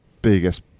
biggest